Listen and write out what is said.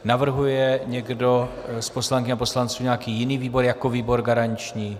Navrhuje někdo z poslankyň a poslanců nějaký jiný výbor jako výbor garanční?